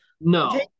No